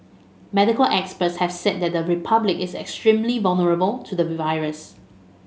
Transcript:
medical experts have said that the Republic is extremely vulnerable to the virus